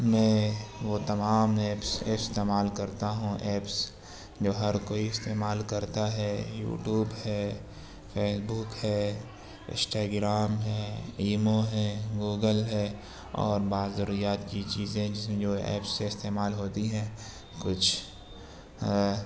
میں وہ تمام ایپس استعمال کرتا ہوں ایپس جو ہر کوئی استعمال کرتا ہے یوٹیوب ہے فیس بوک ہے اسٹاگرام ہے ایمو ہے گوگل ہے اور بعض ضروریات کی چیزیں جس میں جو ایپ سے استعمال ہوتی ہیں کچھ